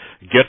get